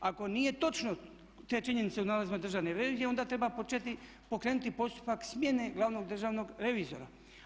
Ako nije točno te činjenice u nalazima Državne revizije onda treba pokrenuti postupak smjene glavnog državnog revizora.